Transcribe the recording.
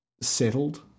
settled